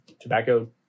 tobacco